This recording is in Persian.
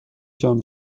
جام